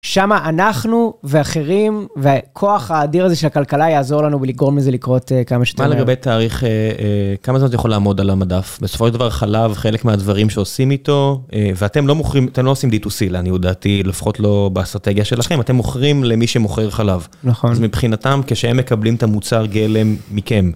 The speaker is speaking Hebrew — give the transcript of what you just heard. שם אנחנו ואחרים וכוח האדיר הזה של הכלכלה יעזור לנו בלי גרוע מזה לקרות כמה שתמיהם. מה לגבי תאריך, כמה זמן זה יכול לעמוד על המדף? בסופו של דבר חלב חלק מהדברים שעושים איתו, ואתם לא עושים דיטוסילה, אני הודעתי, לפחות לא באסטרטגיה שלכם, אתם מוכרים למי שמוכר חלב. נכון. אז מבחינתם, כשהם מקבלים את המוצר גלם מכם.